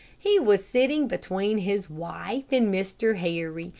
he was sitting between his wife and mr. harry,